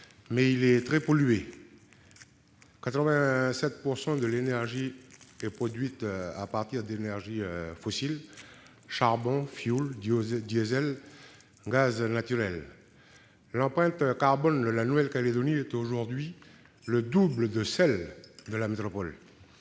mais est très pollué, 87 % de l'énergie est produite à partir d'énergies fossiles : charbon, fioul, gazole, gaz naturel. L'empreinte carbone de la Nouvelle-Calédonie est aujourd'hui le double de celle de la métropole.